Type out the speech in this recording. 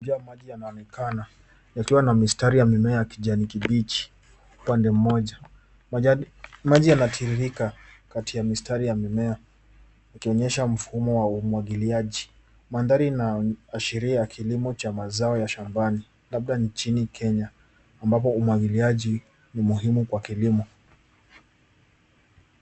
Maji yanaonekana yakiwa na mistari ya mimea ya kijani kibichi upande mmoja. Majani- maji yanatiririka kati ya mistari ya mimea yakionyesha mfumo wa umwagiliaji. Mandhari yanaashiria kilimo cha mazao ya shambani labda nchini Kenya ambapo umwagiliaji ni muhimu kwa kilimo.